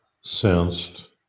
sensed